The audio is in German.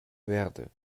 verde